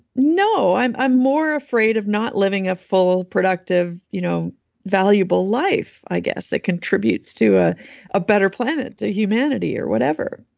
no. i'm i'm more afraid of not living a full, productive, you know valuable life, i guess, that contributes to ah a better planet, to humanity, or whatever.